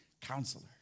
Counselor